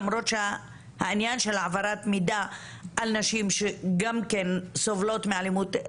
למרות שהעניין של העברת מידע על נשים שגם כן סובלות מאלימות.